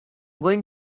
going